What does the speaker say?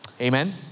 Amen